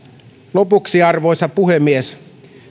lopuksi arvoisa puhemies